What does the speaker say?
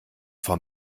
vom